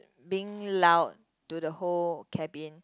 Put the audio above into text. being loud to the whole cabin